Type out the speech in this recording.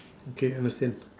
K understand